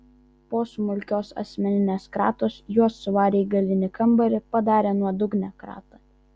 po smulkios asmeninės kratos juos suvarė į galinį kambarį padarė nuodugnią kratą